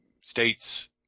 States